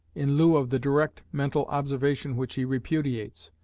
in lieu of the direct mental observation which he repudiates?